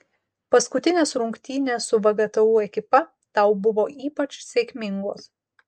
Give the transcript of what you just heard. paskutinės rungtynės su vgtu ekipa tau buvo ypač sėkmingos